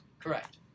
Correct